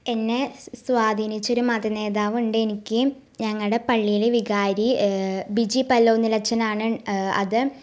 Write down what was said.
എന്നെ സ്വാധീനിച്ചൊരു മത നേതാവുണ്ടെനിക്ക് ഞങ്ങളുടെ പള്ളീലെ വികാരി ബിജിപല്ലൊന്നിലച്ചനാണ് അത്